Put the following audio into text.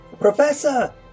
Professor